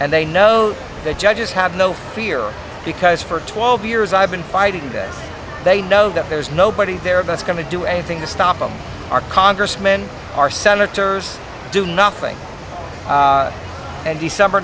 and they know that judges have no fear because for twelve years i've been fighting this they know that there's nobody there that's going to do anything to stop them our congressmen our senators do nothing and december